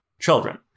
children